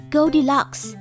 Goldilocks